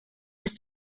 ist